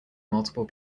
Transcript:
multiple